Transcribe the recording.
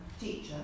teacher